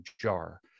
jar